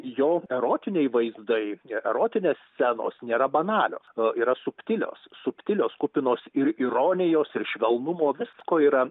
jo erotiniai vaizdai ir erotinės scenos nėra banalios o yra subtilios subtilios kupinos ir ironijos ir švelnumo visko yra